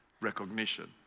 recognition